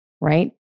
right